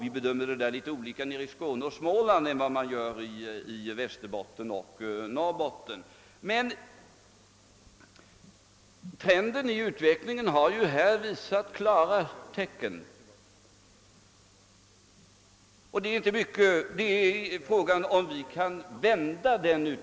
Vi bedömer saken litet annorlunda nere i Skåne och Småland än man gör i Västerbotten och Norrbotten. Trenden i utvecklingen är klar, och frågan är om vi kan vända den.